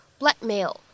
blackmail